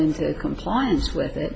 into compliance with